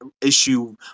Issue